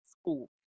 school